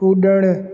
कुड॒णु